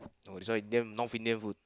no this one Indian North Indian food